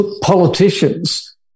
politicians